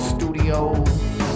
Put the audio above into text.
Studios